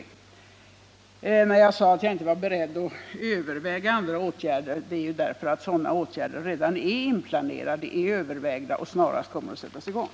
Orsaken till att jag sade att jag inte är beredd att överväga andra åtgärder är ju att sådana åtgärder redan är inplanerade och övervägda och snarast kommer att sättas i gång.